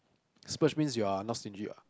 splurge means you're not stingy what